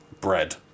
bread